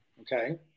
okay